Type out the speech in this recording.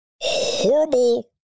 Horrible